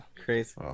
Crazy